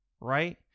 right